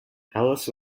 alice